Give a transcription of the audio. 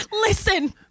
listen